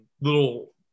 little